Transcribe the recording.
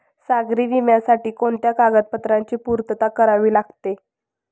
सागरी विम्यासाठी कोणत्या कागदपत्रांची पूर्तता करावी लागते?